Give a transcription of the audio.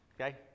okay